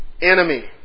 enemy